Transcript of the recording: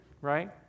right